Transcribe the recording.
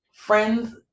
Friends